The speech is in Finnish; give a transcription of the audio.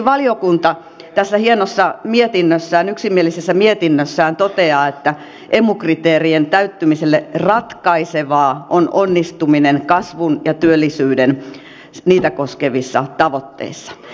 valiokunta tässä hienossa yksimielisessä mietinnössään toteaa esimerkiksi että emu kriteerien täyttymisessä ratkaisevaa on onnistuminen kasvua ja työllisyyttä koskevissa tavoitteissa